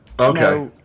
Okay